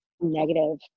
negative